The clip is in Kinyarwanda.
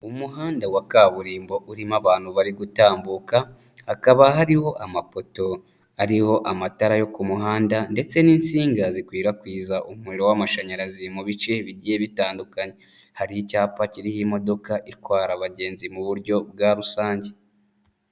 Umuhanda wa kaburimbo urimo abantu bari gutambuka, hakaba hariho amapoto ariho amatara yo ku muhanda ndetse n'insinga zikwirakwiza umuriro w'amashanyarazi mu bice bigiye bitandukanye, hari icyapa kiriho imodoka itwara abagenzi mu buryo bwa rusange.